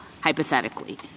hypothetically